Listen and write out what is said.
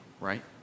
right